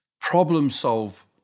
problem-solve